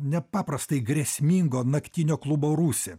nepaprastai grėsmingo naktinio klubo rūsį